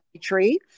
Tree